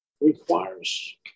requires